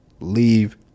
leave